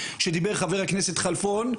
כשדיבר חבר הכנסת חלפון.